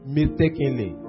Mistakenly